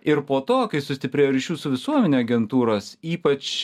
ir po to kai sustiprėjo ryšių su visuomene agentūros ypač